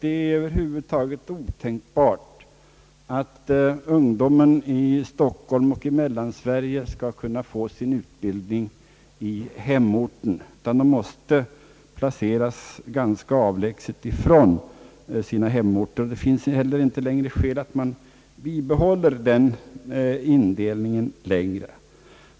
Det är över huvud taget otänkbart att ungdomen i Stockholm och i Mellansverige skall få sin utbildning i hemorten, utan den måste placeras ganska avlägset från sina hemorter. Det finns inte heller längre skäl att bibehålla den indelningen.